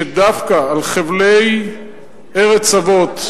שדווקא על חבלי ארץ אבות,